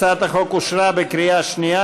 הצעת החוק אושרה בקריאה שנייה.